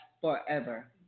forever